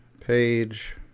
page